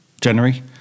January